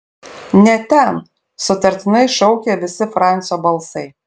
ne ten sutartinai šaukė visi francio balsai